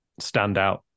standout